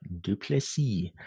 DuPlessis